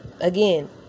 again